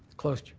closed,